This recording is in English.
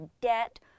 debt